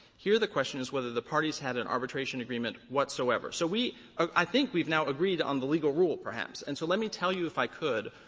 here the question is whether the parties had an arbitration agreement whatsoever. so we i think we've now agreed on the legal rule perhaps. and so let me tell you, if i could,